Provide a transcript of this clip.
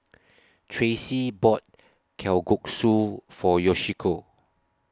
Tracie bought Kalguksu For Yoshiko